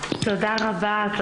הישיבה ננעלה